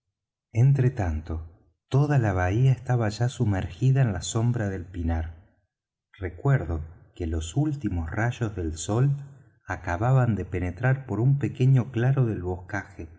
entre tanto toda la bahía estaba ya sumergida en la sombra del pinar recuerdo que los últimos rayos del sol acababan de penetrar por un pequeño claro del boscaje